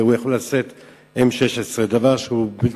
והוא יכול לשאת M-16. זה דבר שהוא בלתי